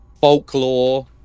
folklore